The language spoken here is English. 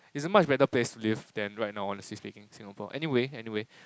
is a much better place to live than right now honestly speaking Singapore anyway anyway